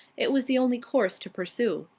it was the only course to pursue.